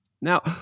Now